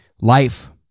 life